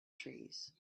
trees